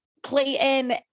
Clayton